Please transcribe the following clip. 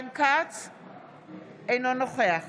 אינו נוכח